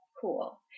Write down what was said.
cool